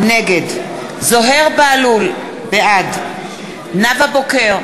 נגד זוהיר בהלול, בעד נאוה בוקר,